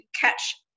catch